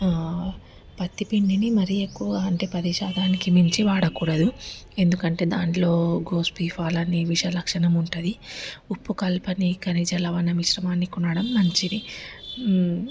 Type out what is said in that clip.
పత్తి పిండిని మరీ ఎక్కువగా అంటే మరీ పది శాతానికి మించి వాడకూడదు ఎందుకంటే దాంట్లో ఘోష్ బి ఫాల్ అనే విష లక్షణం ఉంటుంది ఉప్పు కలపని ఖనిజలవన మిశ్రమాన్ని కొనడం మంచిది